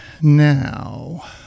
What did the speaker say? Now